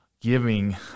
giving